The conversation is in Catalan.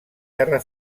terra